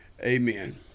Amen